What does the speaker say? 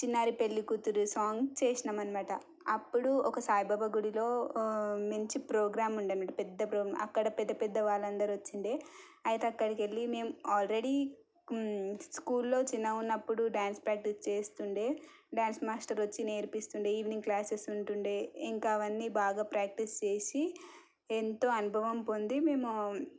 చిన్నారి పెళ్ళికూతురు సాంగ్ చేసాము అన్నమాట అప్పుడు ఒక సాయి బాబా గుడిలో మంచి ప్రోగ్రాం ఉండన్నమాట పెద్ద ప్రోగ్ అక్కడ పెద్ద పెద్ద వాళ్ళందరూ వచ్చి ఉండే అయితే అక్కడికి వెళ్ళి మేము ఆల్రెడీ స్కూల్లో చిన్నగా ఉన్నపుడు డ్యాన్స్ ప్రాక్టీస్ చేస్తుండే డ్యాన్స్ మాస్టర్ వచ్చి నేర్పిస్తుండే ఈవినింగ్ క్లాసెస్ ఉంటుండే ఇంకా అవన్నీ బాగా ప్రాక్టీస్ చేసి ఎంతో అనుభవం పొంది మేము